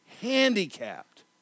handicapped